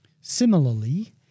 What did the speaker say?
Similarly